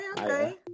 okay